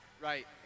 Right